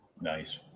nice